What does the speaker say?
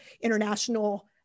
International